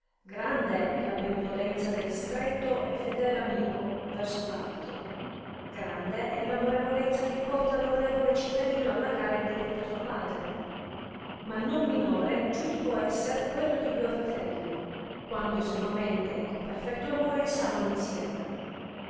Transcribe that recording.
grande è la benivolenza del stretto e fedel amico verso l'altro grande e amorevolezza che porta orrevole cittadino alla cara e diletta sua patria ma non minore giudico esser quello di duo fratelli quando sommamente e con perfetto amore s amano insieme